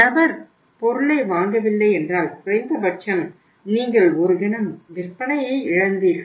நபர் பொருளை வாங்கவில்லை என்றால் குறைந்தபட்சம் நீங்கள் ஒரு கணம் விற்பனையை இழந்தீர்கள்